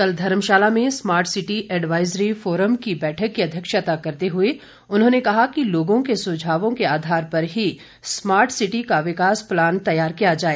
कल धर्मशाला में smart city advisory forum की बैठक की अध्यक्षता करते हुए उन्होंने कहा कि लोगों के सुझावों के आधार पर ही स्मार्ट सिटी का विकास प्लान तैयार किया जाए